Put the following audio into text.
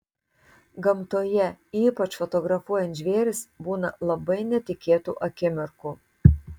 gamtoje ypač fotografuojant žvėris būna labai netikėtų akimirkų